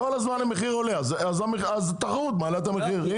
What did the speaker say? כל הזמן המחיר עולה אז התחרות מעלה את המחיר.